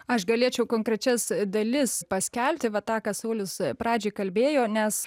aš galėčiau konkrečias dalis paskelbti va tą ką saulius pradžioj kalbėjo nes